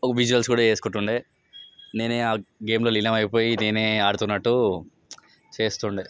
ఊహించేసుకుంటుండె నేనే గేమ్లో లీనం అయిపోయి నేనే ఆడుతున్నట్టు చేస్తుండె